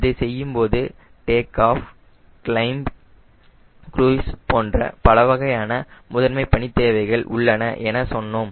இதை செய்யும்போது take off climb cruise போன்ற பலவகையான முதன்மை பணித் தேவைகள் உள்ளன என சொன்னோம்